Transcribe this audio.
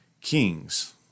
kings